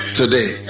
today